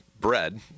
bread